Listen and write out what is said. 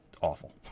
awful